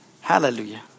Hallelujah